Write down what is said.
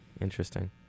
Interesting